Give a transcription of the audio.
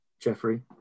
Jeffrey